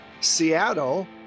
Seattle